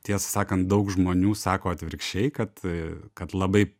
tiesą sakant daug žmonių sako atvirkščiai kad kad labai